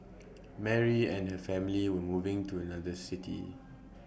Mary and her family were moving to another city